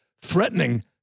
threatening